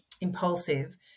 impulsive